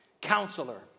Counselor